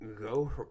go